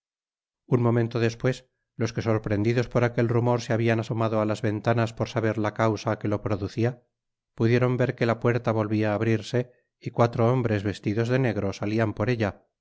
un momento despues los que sorprendidos por aquel rumor se habian asomado á las ventanas por saber la causa que lo producía pudieron ver que la puerta volvía á abrirse y cuatro hombres vestidos de negro salian por ella